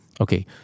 Okay